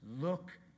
Look